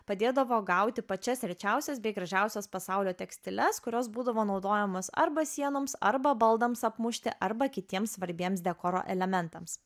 padėdavo gauti pačias rečiausias bei gražiausias pasaulio tekstiles kurios būdavo naudojamos arba sienoms arba baldams apmušti arba kitiems svarbiems dekoro elementams